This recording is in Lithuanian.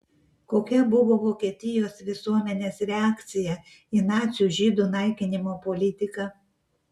kokia buvo vokietijos visuomenės reakcija į nacių žydų naikinimo politiką